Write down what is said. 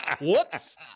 whoops